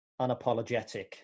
unapologetic